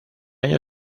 año